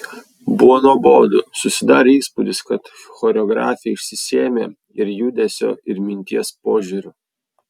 buvo nuobodu susidarė įspūdis kad choreografė išsisėmė ir judesio ir minties požiūriu